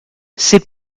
c’est